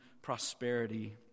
prosperity